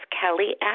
Kelly